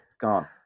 gone